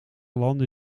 landen